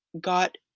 got